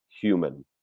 human